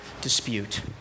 dispute